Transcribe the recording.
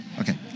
Okay